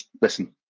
listen